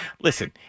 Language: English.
Listen